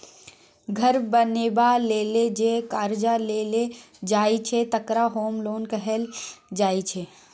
घर बनेबा लेल जे करजा लेल जाइ छै तकरा होम लोन कहल जाइ छै